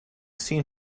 seen